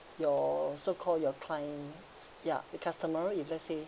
your so called your clients ya your customer if let's say